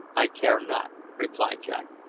i care not, replied jack.